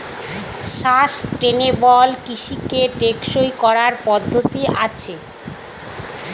sustainable কৃষিকে টেকসই করার পদ্ধতি আছে